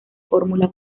fórmula